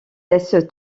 laisse